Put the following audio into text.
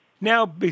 now